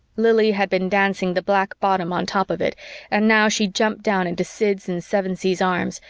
lili had been dancing the black bottom on top of it and now she jumped down into sid's and sevensee's arms,